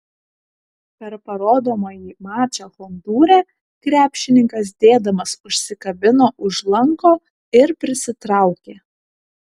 per parodomąjį mačą hondūre krepšininkas dėdamas užsikabino už lanko ir prisitraukė